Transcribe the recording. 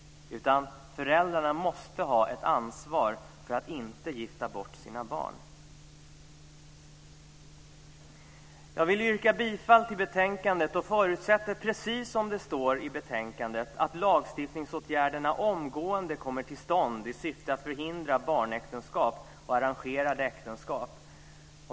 Föräldrarna måste ha ett ansvar för att inte gifta bort sina barn. Jag vill yrka bifall till förslaget i betänkandet och förutsätter, precis som det står i betänkandet, att lagstiftningsåtgärderna omgående kommer till stånd i syfte att förhindra barnäktenskap och arrangerade äktenskap.